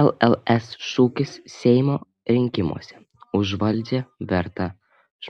lls šūkis seimo rinkimuose už valdžią vertą